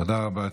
תודה רבה.